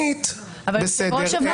אורית, אורית, את קוטעת אותו.